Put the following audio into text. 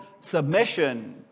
submission